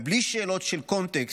ובלי שאלות של קונטקסט,